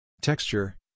Texture